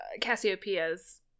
Cassiopeia's